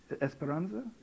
Esperanza